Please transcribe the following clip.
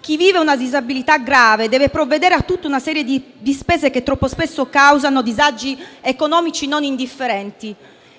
Chi vive una disabilità grave deve provvedere a tutta una serie di spese che, troppo spesso, causano disagi economici non indifferenti.